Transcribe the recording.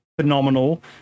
phenomenal